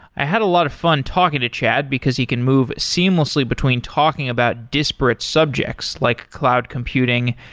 i had a lot of fun talking to chad because he can move seamlessly between talking about disparate subjects, like cloud computing,